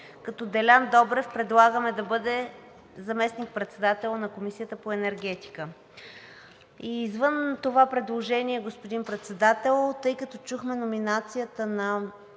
като Делян Добрев предлагаме да бъде заместник-председател на Комисията по енергетика. И извън това предложение, господин Председател, тъй като чухме номинацията на